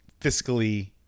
fiscally